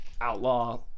outlaw